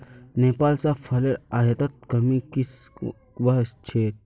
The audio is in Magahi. नेपाल स फलेर आयातत कमी की स वल छेक